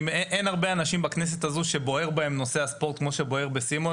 אין הרבה אנשים בכנסת הזו שבוער בהם נושא הספורט כמו שבוער בסימון.